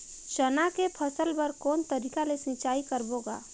चना के फसल बर कोन तरीका ले सिंचाई करबो गा?